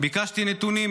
ביקשתי נתונים,